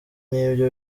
n’ibyo